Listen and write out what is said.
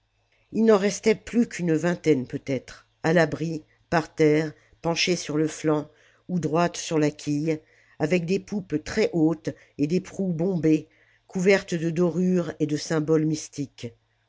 il n'en restait plus qu'une vingtaine peut-être à l'abri par terre penchées sur le flanc ou droites sur la quille avec des poupes très hautes et des proues bombées couvertes de dorures et de symboles mystiques